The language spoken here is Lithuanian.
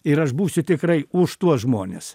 ir aš būsiu tikrai už tuos žmones